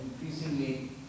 increasingly